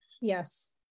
yes